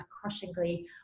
crushingly